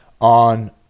on